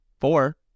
Four